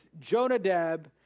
Jonadab